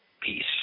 Peace